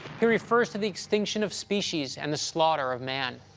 he refers to the extinction of species and the slaughter of man.